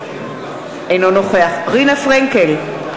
אינו נוכח רינה פרנקל,